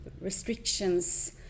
restrictions